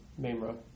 Mamra